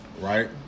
right